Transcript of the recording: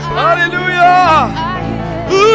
Hallelujah